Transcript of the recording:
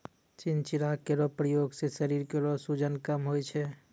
चिंचिड़ा केरो प्रयोग सें शरीर केरो सूजन कम होय छै